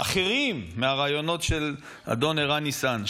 אחרים מהרעיונות של אדון ערן ניסן.